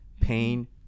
pain